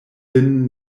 lin